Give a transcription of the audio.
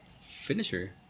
finisher